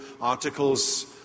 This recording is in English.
articles